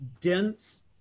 dense